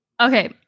Okay